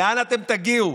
לאן אתם תגיעו?